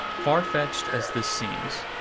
far-fetched as this seems,